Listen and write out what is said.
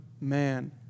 man